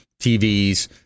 TVs